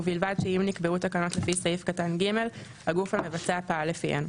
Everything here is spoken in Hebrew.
ובלבד שאם נקבעו תקנות לפי סעיף קטן (ג) הגוף המבצע פעל לפיהן,